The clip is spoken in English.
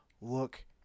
look